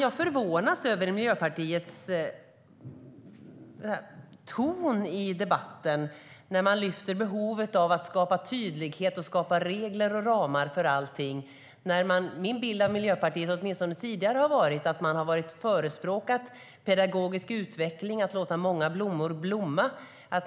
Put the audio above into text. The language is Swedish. Jag förvånas över Miljöpartiets ton i debatten när man lyfter fram behovet av att skapa tydlighet och regler och ramar för allting. Min bild av Miljöpartiet har åtminstone tidigare varit att man har förespråkat pedagogisk utveckling och att man ska låta många blommor blomma.